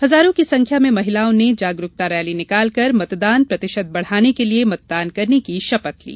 हजारों की संख्या में महिलाओं ने जागरूकता रैली निकालकर मतदान प्रतिशत बढ़ाने के लिये मतदान करने की शपथ ली